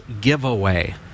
giveaway